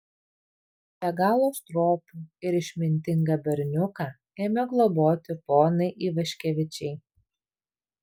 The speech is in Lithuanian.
be galo stropų ir išmintingą berniuką ėmė globoti ponai ivaškevičiai